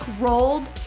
rolled